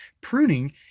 pruning